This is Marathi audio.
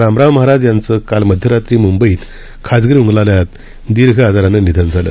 रामराव महाराज यांचं काल मध्यरात्री मुंबईत खाजगी रुग्णालयात दीर्घ आजारानं निधन झालं